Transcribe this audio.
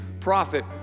prophet